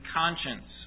conscience